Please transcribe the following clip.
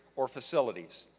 or facilities,